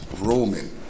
Roman